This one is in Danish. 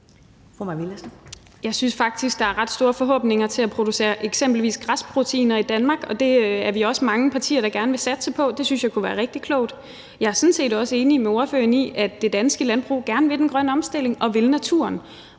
Jeg synes faktisk, at der er ret store forhåbninger til at producere eksempelvis græsproteiner i Danmark, og det er vi også mange partier der gerne vil satse på. Det synes jeg kunne være rigtig klogt. Jeg er sådan set også enig med ordføreren i, at det danske landbrug gerne vil den grønne omstilling og vil naturen.